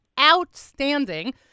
outstanding